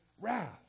wrath